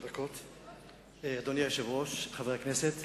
אדוני היושב-ראש, חברי הכנסת,